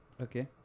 Okay